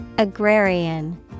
Agrarian